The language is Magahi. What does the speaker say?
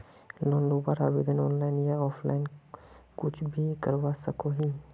लोन लुबार आवेदन ऑनलाइन या ऑफलाइन कुछ भी करवा सकोहो ही?